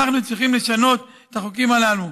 ואנחנו צריכים לשנות את החוקים הללו.